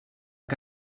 que